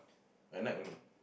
at night only